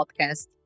podcast